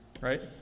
Right